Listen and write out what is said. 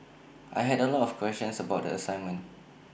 I had A lot of questions about the assignment